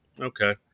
okay